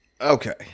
Okay